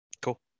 cool